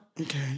Okay